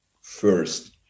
first